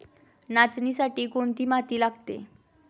नाचणीसाठी कोणती माती लागते?